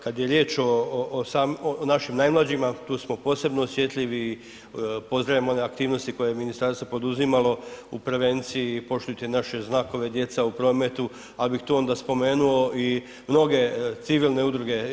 Kad je riječ o našim najmlađima tu smo posebno osjetljivi i pozdravljam one aktivnosti koje ministarstvo poduzimalo u prevenciji Poštujte naše znakove, djeca u prometu, ali bih tu onda spomenuo i mnoge civilne udruge.